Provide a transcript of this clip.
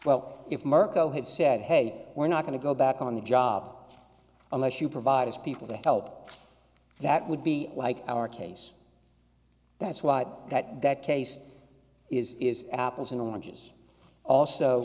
well if mirco had said hey we're not going to go back on the job unless you provide his people to help that would be like our case that's why that that case is is apples and oranges also